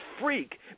freak